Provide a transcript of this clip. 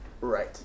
Right